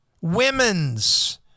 women's